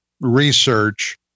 research